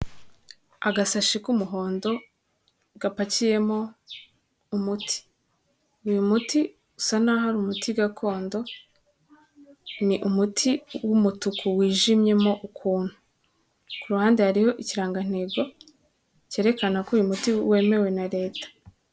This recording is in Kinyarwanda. Agasashi k'umuhondo, gapakiyemo umuti. Uyu muti usa n'aho ari umuti gakondo, ni umuti w'umutuku wijimyemo ukuntu. Ku ruhande hariho ikirangantego, cyerekana ko uyu muti wemewe na Leta.